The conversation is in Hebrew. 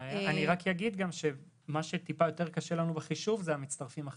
אני רק אגיד שמה שקשה לנו בחישוב אלה המצטרפים החדשים.